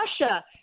Russia